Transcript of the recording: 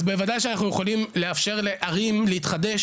אז בוודאי שאנחנו יכולים לאפשר לערים להתחדש